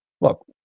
look